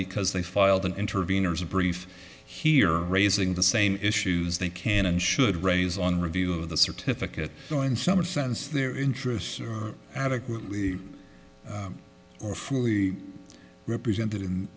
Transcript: because they filed an intervenors brief here raising the same issues they can and should raise on review of the certificate showing some sense their interests are adequately or fully represented in